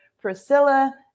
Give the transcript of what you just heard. Priscilla